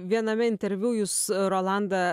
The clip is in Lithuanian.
viename interviu jūs rolanda